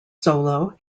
solo